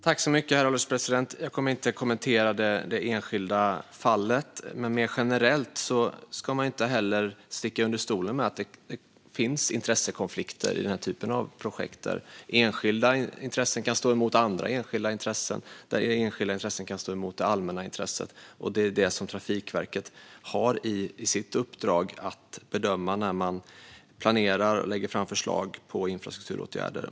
Herr ålderspresident! Jag kommer inte att kommentera det enskilda fallet. Mer generellt ska man dock inte sticka under stol med att det finns intressekonflikter i den här typen av projekt. Enskilda intressen kan stå emot andra enskilda intressen, och enskilda intressen kan stå emot det allmänna intresset. Det är det som Trafikverket har i sitt uppdrag att bedöma när man planerar och lägger fram förslag på infrastrukturåtgärder.